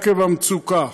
עקב המצוקה.